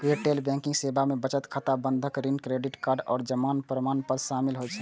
retail banking सेवा मे बचत खाता, बंधक, ऋण, क्रेडिट कार्ड आ जमा प्रमाणपत्र शामिल होइ छै